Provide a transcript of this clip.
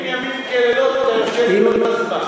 אם ימים כלילות, אתה ישן כל הזמן.